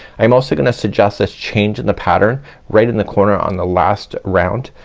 i'm also gonna suggest this change in the pattern right in the corner on the last round.